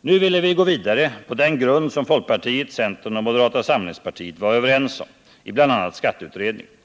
Nu ville vi gå vidare på den grund som folkpartiet, centern och moderata samlingspartiet var överens om i bl.a. skatteutredningen.